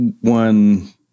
One